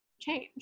change